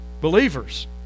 Believers